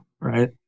right